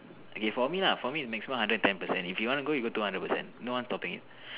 okay for me lah for me it's maximum hundred and ten percent if you want to go you go two hundred percent no one is stopping you